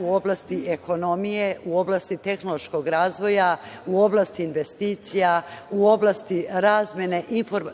u oblasti ekonomije, u oblasti tehnološkog razvoja, u oblasti investicija, u oblasti razmene